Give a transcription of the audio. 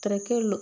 ഇത്രയൊക്കെ ഉള്ളൂ